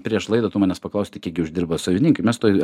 prieš laidą tu manęs paklausei tai kiek gi uždirba savininkai mes toj